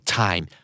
time